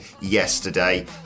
yesterday